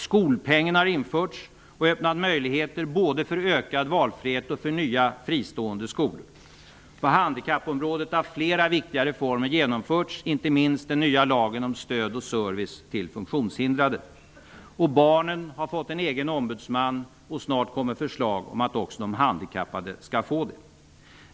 Skolpengen har införts och öppnat möjligheter både för ökad valfrihet och för nya fristående skolor. På handikappområdet har flera viktiga reformer genomförts, inte minst den nya lagen om stöd och service till funktionshindrade. Barnen har fått en egen ombudsman och snart kommer förslag om att även de handikappade skall få det.